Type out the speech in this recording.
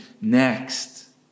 next